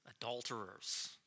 adulterers